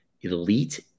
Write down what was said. Elite